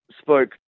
spoke